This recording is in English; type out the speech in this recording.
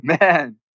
Man